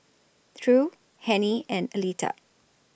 True Hennie and Aleta